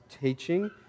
teaching